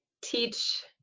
teach